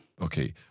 Okay